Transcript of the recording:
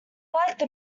like